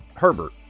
Herbert